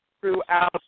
throughout